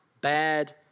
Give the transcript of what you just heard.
bad